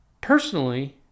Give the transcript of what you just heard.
Personally